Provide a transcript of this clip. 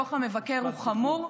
דוח המבקר הוא חמור,